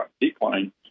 decline